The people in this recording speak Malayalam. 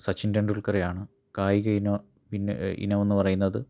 സച്ചിൻ ടെണ്ടുൽക്കറെയാണ് കായിക ഇനം പിന്നെ ഇനമെന്ന് പറയുന്നത്